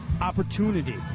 opportunity